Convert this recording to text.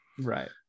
right